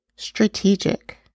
strategic